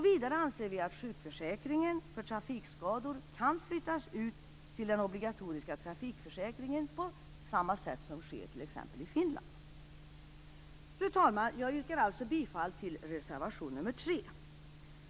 Vidare anser vi att sjukförsäkringen för trafikskador kan flyttas ut till den obligatoriska trafikförsäkringen på samma sätt som sker t.ex. i Finland. Fru talman! Jag yrkar bifall till reservation 3.